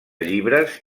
llibres